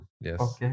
Yes